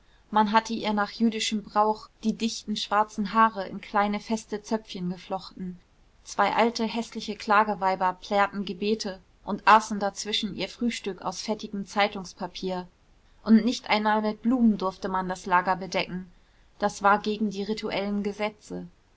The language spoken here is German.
man hatte ihr nach jüdischem brauch die dichten schwarzen haare in kleine feste zöpfchen geflochten zwei alte häßliche klageweiber plärrten gebete und aßen dazwischen ihr frühstück aus fettigem zeitungspapier und nicht einmal mit blumen durfte man das lager bedecken das war gegen die rituellen gesetze